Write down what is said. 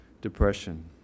depression